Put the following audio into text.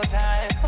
time